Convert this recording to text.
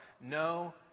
No